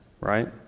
right